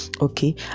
okay